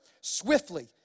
swiftly